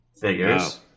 Figures